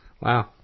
Wow